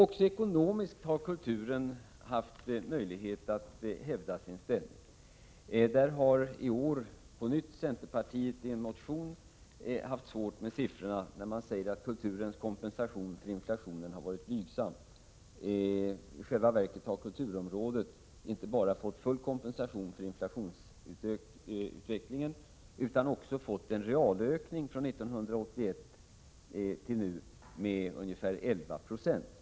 Också ekonomiskt har kulturen haft möjlighet att hävda sin ställning. Centerpartiet har i en motion i år på nytt haft svårt med siffrorna. Man säger att kulturens kompensation för inflationen har varit blygsam. I själva verket har kulturområdet inte bara fått full kompensation för inflationshöjningen utan också fått en realökning från 1981 fram till nu på ungefär 11 90.